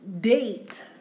Date